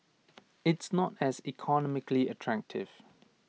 it's not as economically attractive